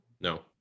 no